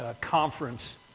conference